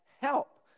help